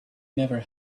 never